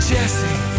Jesse